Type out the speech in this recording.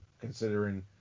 considering